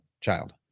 child